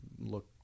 Look